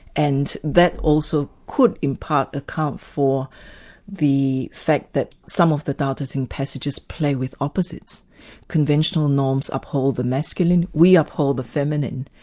and that also could in part account for the fact that some of the dao de ching passages play with opposites conventional norms uphold the masculine, we uphold the feminine.